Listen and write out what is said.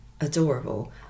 adorable